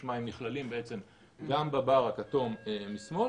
משמע הם נכללים גם בבר הכתום משמאל